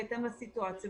בהתאם לסיטואציה.